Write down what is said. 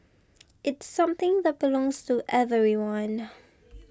it's something that belongs to everyone